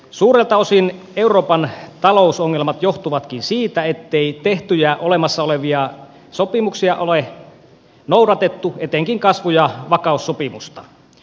suurelta osin euroopan talousongelmat johtuvatkin siitä ettei tehtyjä olemassa olevia sopimuksia ole noudatettu etenkään kasvu ja vakaussopimusta